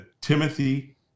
Timothy